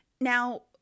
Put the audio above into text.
Now